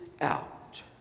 out